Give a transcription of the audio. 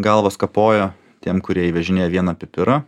galvas kapojo tiem kurie įvežinėja vieną pipirą